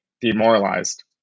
demoralized